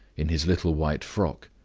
in his little white frock,